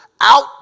out